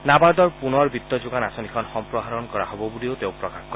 নাবাৰ্ডৰ পূনৰ বিত্ত যোগান আঁচনিখন সম্প্ৰসাৰণ কৰা হব বুলিও তেওঁ প্ৰকাশ কৰে